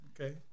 Okay